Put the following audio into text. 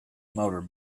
motor